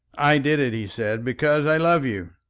i did it, he said, because i love you.